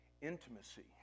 intimacy